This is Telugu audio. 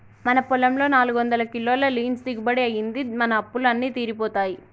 మన పొలంలో నాలుగొందల కిలోల లీన్స్ దిగుబడి అయ్యింది, మన అప్పులు అన్నీ తీరిపోతాయి